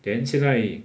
then 现在